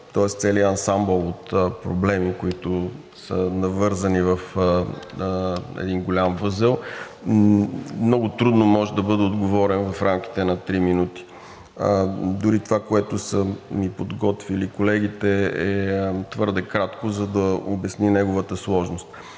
тоест целият ансамбъл от проблеми, които са навързани в един голям възел, много трудно може да бъде отговорено в рамките на три минути. Дори това, което са ми подготвили колегите, е твърде кратко, за да се обясни неговата сложност.